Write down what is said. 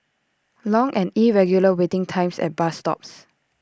long and irregular waiting times at bus stops